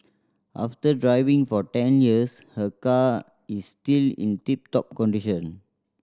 after driving for ten years her car is still in tip top condition